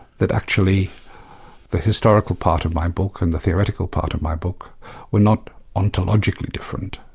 that actually the historical part of my book and the theoretical part of my book were not ontologically different,